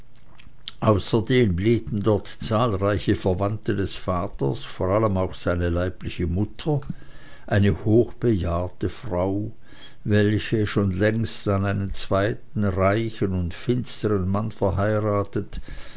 außerdem lebten dort zahlreiche verwandte des vaters vor allen auch seine leibliche mutter eine hochbejahrte frau welche schon längst an einen zweiten reichen und finstern mann verheiratet